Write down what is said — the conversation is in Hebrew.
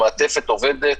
המעטפת עובדת,